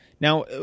Now